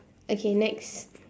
okay next